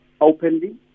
openly